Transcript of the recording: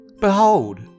Behold